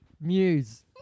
Muse